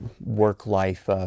work-life